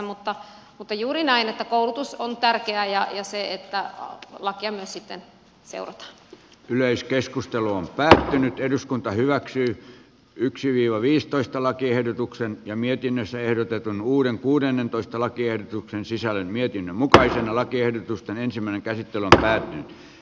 mutta on juuri näin että koulutus on tärkeää ja se että lakia myös sitten seurata yleiskeskustelu on päättynyt eduskunta hyväksyisi yksiviivaviistoista lakiehdotuksen ja mietinnössä ehdotetaan uuden kuudennentoista lakiehdotuksen sisällön mietinnön mukaisena lakiehdotusta ensimmäinen käsitellä seurataan